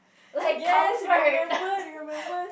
like comfort